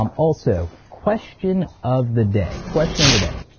um also, question of the day, question of the day.